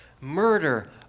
murder